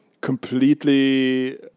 completely